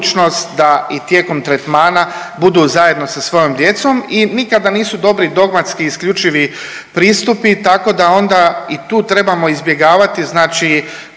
da tijekom tretmana budu zajedno sa svojom djecom. I nikada nisu dobri dogmatski isključivi pristupi tako da onda i tu trebamo izbjegavati znači